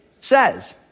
says